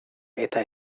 eta